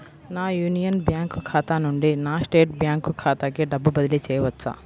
నా Union Bank ఖాతా నుండి నా స్టేట్ బ్యాంకు ఖాతాకి డబ్బు బదిలి చేయవచ్చా?